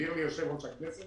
הבהיר לי יושב-ראש הכנסת